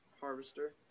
Harvester